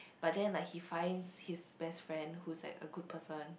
but then like he finds his best friend who's like a good person